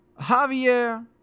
Javier